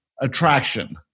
attraction